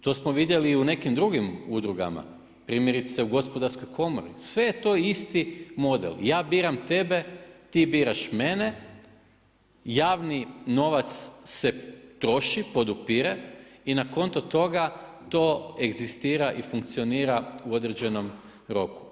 To smo vidjeli i u nekim drugim udrugama, primjerice u Gospodarskoj komori, sve je to isti model, ja biram tebe, ti biraš mene javni novac se troši, podupire i na konto toga to egzistira i funkcionira u određenom roku.